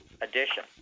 edition